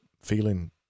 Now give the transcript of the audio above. feeling